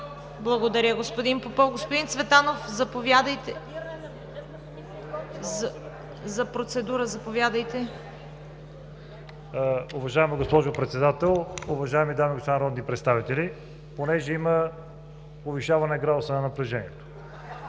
Благодаря, господин Попов. Господин Цветанов, заповядайте за процедура. ЦВЕТАН ЦВЕТАНОВ (ГЕРБ): Уважаема госпожо Председател, уважаеми дами и господа народни представители! Понеже има повишаване градуса на напрежение